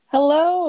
Hello